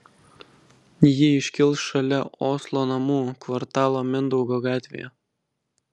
ji iškils šalia oslo namų kvartalo mindaugo gatvėje